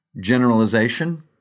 generalization